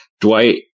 Dwight